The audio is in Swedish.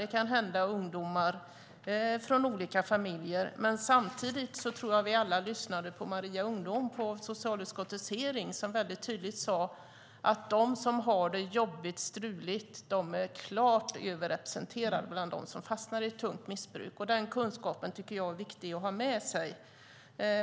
Detta kan hända ungdomar från olika familjer. Men vi lyssnade alla på representanter från Maria Ungdom vid socialutskottets hearing. De sade tydligt att de ungdomar som har det jobbigt och struligt är klart överrepresenterade bland dem som fastnar i tungt missbruk. Den kunskapen är viktig att ha med sig.